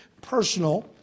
personal